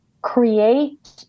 create